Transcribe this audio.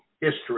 history